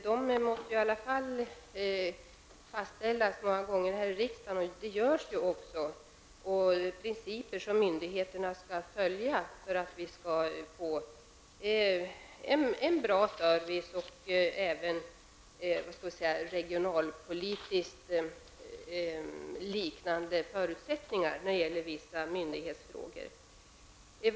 Det måste i alla fall fastställas många gånger här i riksdagen -- och det görs också -- principer som myndigheterna skall följa för att vi skall få en bra service och regionalpolitiskt likartade förutsättningar i vissa myndighetsfrågor.